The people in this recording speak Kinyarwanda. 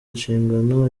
inshingano